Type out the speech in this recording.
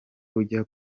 ujya